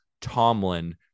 Tomlin